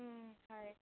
হয়